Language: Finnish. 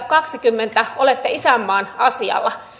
kaksikymmentä edustajaa olette isänmaan asialla